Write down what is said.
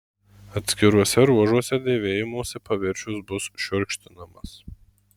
atskiruose ruožuose dėvėjimosi paviršius bus šiurkštinamas